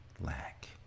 lack